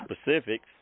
specifics